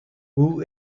who